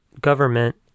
government